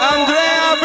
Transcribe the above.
Andrea